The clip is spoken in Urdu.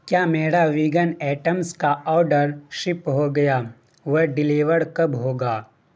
کیا میرا ویگن آئٹمس کا آڈر شپ ہو گیا وہ ڈیلیور کب ہوگا